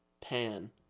pan